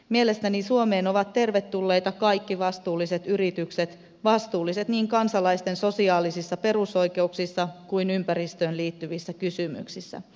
mielestäni suomeen ovat tervetulleita kaikki vastuulliset yritykset vastuulliset niin kansalaisten sosiaalisissa perusoikeuksissa kuin ympäristöön liittyvissä kysymyksissä